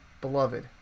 beloved